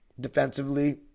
Defensively